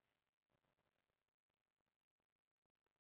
because in movies they just show us like